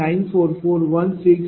33882 40